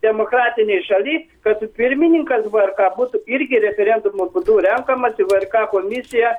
demokratinėj šaly kad pirmininkas vrk būtų irgi referendumo būdu renkamas ir vrk komisija